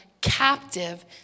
captive